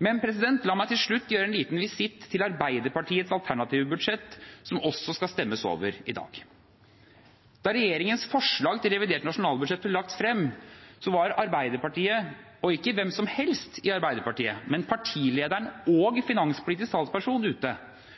Men la meg til slutt gjøre en liten visitt til Arbeiderpartiets alternative budsjett, som det også skal stemmes over i dag. Da regjeringens forslag til revidert nasjonalbudsjett ble lagt frem, var Arbeiderpartiet, og ikke hvem som helst i Arbeiderpartiet, men partilederen og finanspolitisk talsperson, ute